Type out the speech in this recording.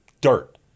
dirt